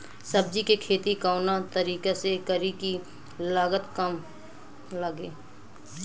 सब्जी के खेती कवना तरीका से करी की लागत काम लगे?